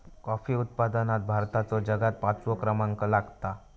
coffee उत्पादनात भारताचो जगात पाचवो क्रमांक लागता